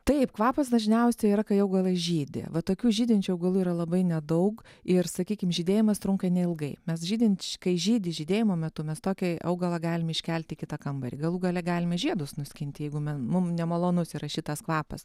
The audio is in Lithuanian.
taip kvapas dažniausiai yra kai augalai žydi va tokių žydinčių augalų yra labai nedaug ir sakykim žydėjimas trunka neilgai mes žydinč kai žydi žydėjimo metu mes tokį augalą galim iškelti į kitą kambarį galų gale galime žiedus nuskinti jeigu mum nemalonus yra šitas kvapas